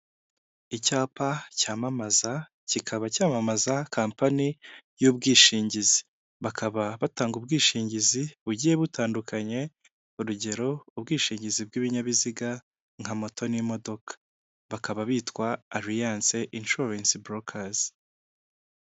Icyapa cyamamaza, kikaba cyamamaza compani y'ubwishingizi. Bakaba batanga ubwishingizi bugiye butandukanye urugero, ubwishingizi bw'ibinyabiziga nka moto n'imodoka. Bakaba bitwa ariyance inshuwaretsi borokazi.